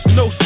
no